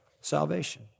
salvation